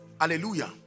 Hallelujah